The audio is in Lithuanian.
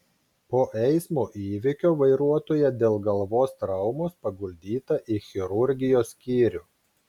po eismo įvykio vairuotoja dėl galvos traumos paguldyta į chirurgijos skyrių